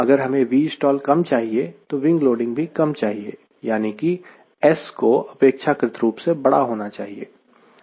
अगर हमें Vstall कम चाहिए तो विंग लोडिंग भी कम चाहिए यानी कि S को अपेक्षाकृत रूप से बड़ा होना चाहिए